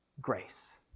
grace